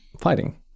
fighting